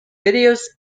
videos